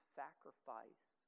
sacrifice